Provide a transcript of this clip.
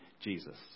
jesus